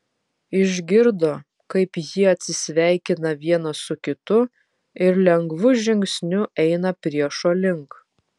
išgirdo kaip jie atsisveikina vienas su kitu ir lengvu žingsniu eina priešo link